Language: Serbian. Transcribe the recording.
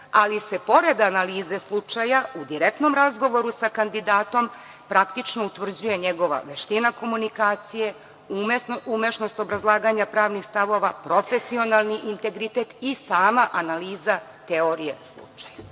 ali se pored analize slučaja u direktnom razgovoru sa kandidatom praktično utvrđuje njegova veština komunikacije, umešnost obrazlaganja pravnih stavova, profesionalni integritet i sama analiza teorije slučaja. Ovde